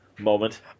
Moment